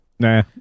Nah